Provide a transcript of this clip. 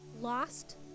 Lost